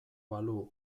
balu